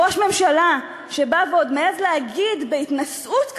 ראש ממשלה שבא ועוד מעז להגיד בהתנשאות כזאת,